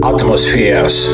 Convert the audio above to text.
Atmospheres